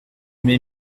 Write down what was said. m’ai